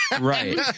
Right